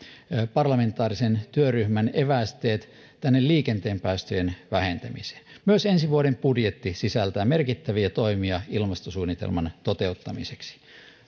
parlamentaarisen työryhmän evästeet liikenteen päästöjen vähentämiseen myös ensi vuoden budjetti sisältää merkittäviä toimia ilmastosuunnitelman toteuttamiseksi